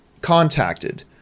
contacted